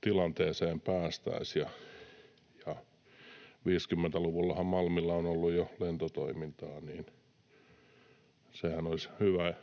tilanteeseen päästäisiin, ja 50-luvullahan Malmilla on ollut jo lentotoimintaa. Sehän olisi hyvä